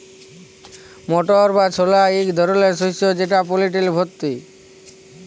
মটর বা ছলা ইক ধরলের শস্য যেট প্রটিলে ভত্তি